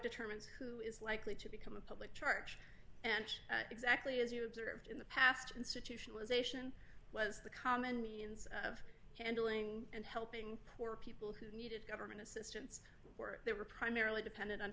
determines who is likely to become a public charge and exactly as you observed in the past institutionalization was the common means of handling and helping poor people who needed government assistance or they were primarily dependent on